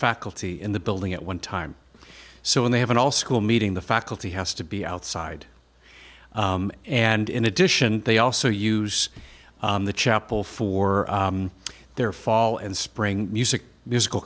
faculty in the building at one time so when they have an all school meeting the faculty has to be outside and in addition they also use the chapel for their fall and spring music musical